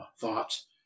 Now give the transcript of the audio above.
thoughts